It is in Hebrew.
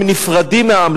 הם נפרדים מעם,